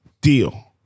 deal